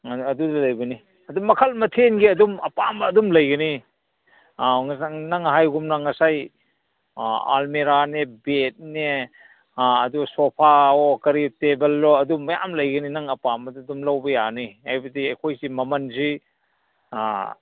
ꯑꯥ ꯑꯗꯨꯗ ꯂꯩꯕꯅꯤ ꯑꯗꯨꯝ ꯃꯈꯜ ꯃꯊꯦꯜꯒꯤ ꯑꯗꯨꯝ ꯑꯄꯥꯝꯕ ꯑꯗꯨꯝ ꯂꯩꯒꯅꯤ ꯅꯪ ꯍꯥꯏꯒꯨꯝꯅ ꯉꯁꯥꯏ ꯑꯜꯃꯤꯔꯥꯅꯦ ꯕꯦꯗꯅꯦ ꯑꯗꯨ ꯁꯣꯐꯥꯑꯣ ꯀꯔꯤ ꯇꯦꯕꯜꯑꯣ ꯑꯗꯨ ꯃꯌꯥꯝ ꯂꯩꯒꯅꯤ ꯅꯪ ꯑꯄꯥꯝꯕꯗꯨ ꯑꯗꯨꯝ ꯂꯧꯕ ꯌꯥꯅꯤ ꯍꯥꯏꯕꯗꯤ ꯑꯩꯈꯣꯏꯁꯤ ꯃꯃꯟꯁꯤ